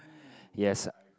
yes